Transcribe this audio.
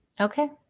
okay